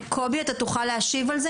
קובי, אתה תוכל להשיב על זה?